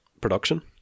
production